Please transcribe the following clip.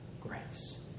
grace